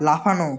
লাফানো